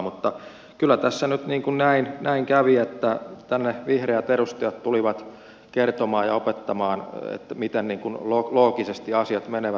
mutta kyllä tässä nyt näin kävi että tänne vihreiden edustajat tulivat kertomaan ja opettamaan miten loogisesti asiat menevät